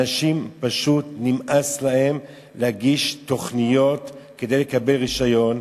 אנשים פשוט נמאס להם להגיש תוכניות כדי לקבל רשיון,